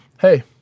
hey